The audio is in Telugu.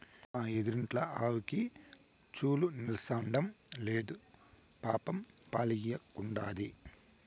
మా ఎదురిండ్ల ఆవుకి చూలు నిల్సడంలేదు పాపం పాలియ్యకుండాది